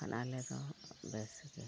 ᱠᱷᱟᱱ ᱟᱞᱮ ᱫᱚ ᱵᱮᱥ ᱜᱮ